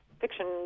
fiction